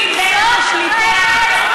מי איבד את השליטה?